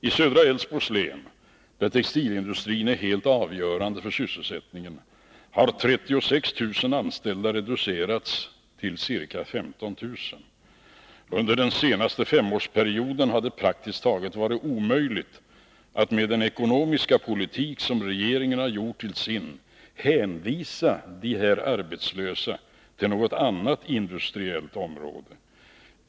I södra Älvsborgs län, där textilindustrin är helt avgörande för sysselsättningen, har 36 000 anställda reducerats till ca 15 000. På grund av den ekonomiska politik som regeringen har gjort till sin har det under den senaste femårsperioden varit praktiskt taget omöjligt att hänvisa de arbetslösa till något annat industriellt område.